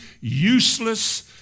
useless